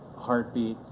heartbeat,